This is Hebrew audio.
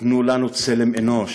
תנו לנו צלם אנוש,